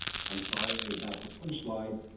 i'm sorry, let me back up one slide.